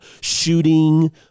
shooting